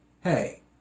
hey